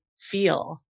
feel